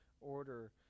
order